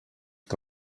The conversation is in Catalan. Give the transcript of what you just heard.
que